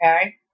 okay